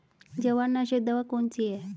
जवार नाशक दवा कौन सी है?